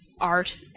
art